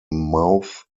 mouth